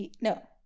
No